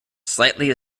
slightly